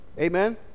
Amen